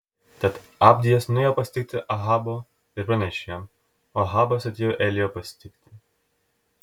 tad abdijas nuėjo pasitikti ahabo ir pranešė jam o ahabas atėjo elijo pasitikti